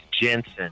Jensen